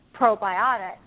probiotics